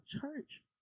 church